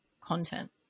content